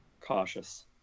cautious